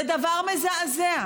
זה דבר מזעזע.